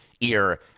ear